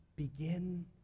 Begin